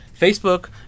Facebook